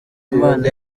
imana